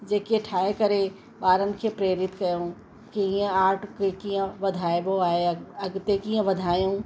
जेके ठाहे करे ॿारनि खे प्रेरित कयूं कीअं आर्ट खे कीअं वधाइबो आहे अॻ अॻिते कीअं वधायूं